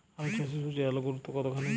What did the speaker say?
আলু চাষে সূর্যের আলোর গুরুত্ব কতখানি?